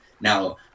now